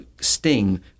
sting